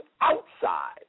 outside